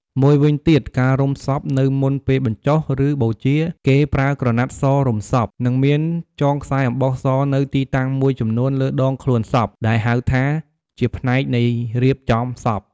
មូយវិញទៀតការរុំសព នៅមុនពេលបញ្ចុះ ឬបូជា គេប្រើក្រណាត់សរុំសព និងមានចងខ្សែអំបោះសនៅទីតាំងមួយចំនួនលើដងខ្លួនសព ដែលហៅថា ជាផ្នែកនៃរៀបចំសព។